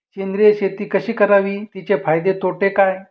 सेंद्रिय शेती कशी करावी? तिचे फायदे तोटे काय?